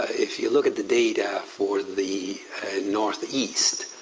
if you look at the data for the northeast,